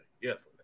Yes